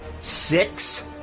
six